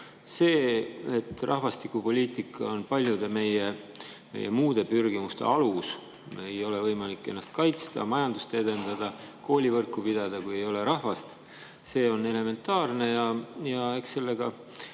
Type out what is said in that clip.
See, et rahvastikupoliitika on paljude meie muude pürgimuste alus – ei ole võimalik ennast kaitsta, majandust edendada, koolivõrku pidada, kui ei ole rahvast – on elementaarne ja eks sellega